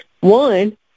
one